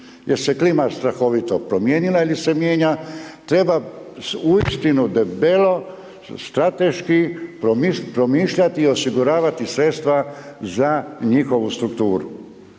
jer se klima strahovito promijenila ili se mijenja, treba uistinu debelo, strateški promišljati i osiguravati sredstva za njihovu strukturu.